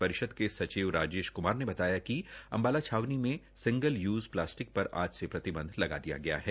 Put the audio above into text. इसके सचिव राजेश कुमार ने बताया कि अम्बाला छावनी में सिंगल यूज़ प्लास्टिक पर आज से प्रतिबंध लगा दिया गया है